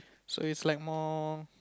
so is like more